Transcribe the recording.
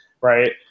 Right